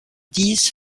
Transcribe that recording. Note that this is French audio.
dix